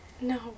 No